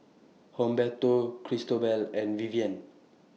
Humberto Cristobal and Vivian